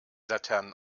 laternen